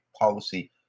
policy